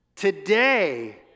Today